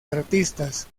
artistas